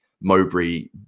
Mowbray